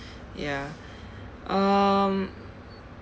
ya um